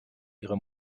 ihre